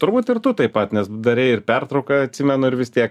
turbūt ir tu taip pat nes darei ir pertrauką atsimenu ir vis tiek